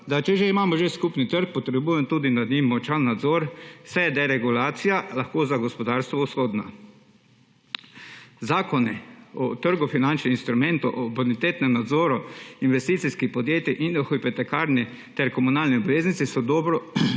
da če že imamo skupni trg, potrebujemo tudi nad njim močan nadzor, saj je deregulacija lahko za gospodarstvo usodna. Zakoni o trgu finančnih instrumentov, o bonitetnem nadzoru investicijskih podjetij in hipotekarni ter komunalni obveznici so dobro